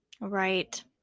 Right